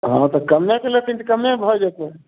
हँ तऽ कम्मे के लेथिन तऽ कम्मे भऽ जेतै